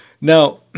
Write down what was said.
Now